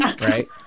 right